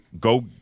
go